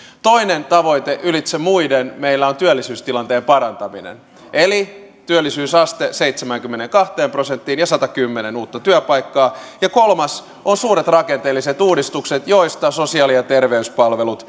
toinen tavoite ylitse muiden meillä on työllisyystilanteen parantaminen työllisyysaste seitsemäänkymmeneenkahteen prosenttiin ja satakymmentätuhatta uutta työpaikkaa kolmas on suuret rakenteelliset uudistukset joista sosiaali ja terveyspalvelut